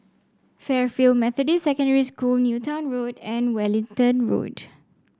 Fairfield Methodist Secondary School Newton Road and Wellington Road